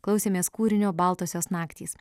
klausėmės kūrinio baltosios naktys